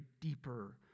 deeper